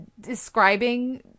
describing